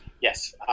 yes